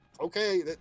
okay